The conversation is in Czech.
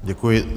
Děkuji.